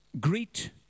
greet